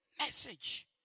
message